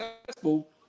successful